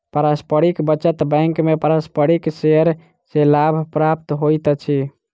पारस्परिक बचत बैंक में पारस्परिक शेयर सॅ लाभ प्राप्त होइत अछि